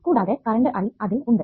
കൂടാതെ current I അതിൽ ഉണ്ട്